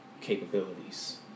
capabilities